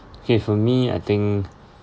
K for me I think